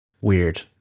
Weird